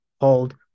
hold